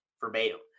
verbatim